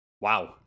wow